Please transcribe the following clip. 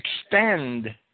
extend